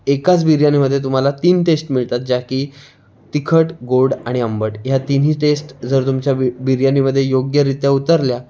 एकाच बिर्याणीमध्ये तुम्हाला तीन टेस्ट मिळतात ज्या की तिखट गोड आणि आंबट या तिन्ही टेस्ट जर तुमच्या बिर्याणीमध्ये योग्यरीत्या उतरल्या